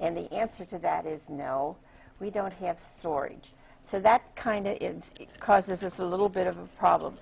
and the answer to that is no we don't have storage so that kind of causes a little bit of problem